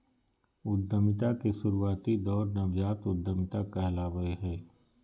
उद्यमिता के शुरुआती दौर नवजात उधमिता कहलावय हय